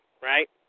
right